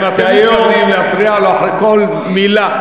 אם אתם מתכוונים להפריע לו אחרי כל מילה,